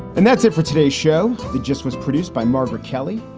and that's it for today's show that just was produced by margaret kelly,